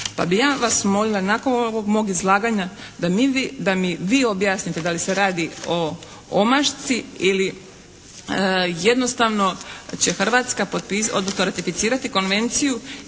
pa bih ja vas molila nakon ovog mog izlaganja da mi vi objasnite da li se radi o omašci ili jednostavno će Hrvatska potpisati, odnosno ratificirati konvenciju